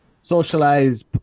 socialize